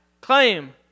Claim